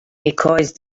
because